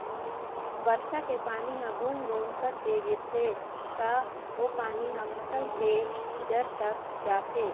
बरसा के पानी ह बूंद बूंद करके गिरथे त ओ पानी ह फसल के जर तक जाथे